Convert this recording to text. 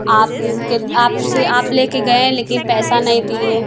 आप के आपसे आप लेके गए लेकिन पैसा नहीं दिए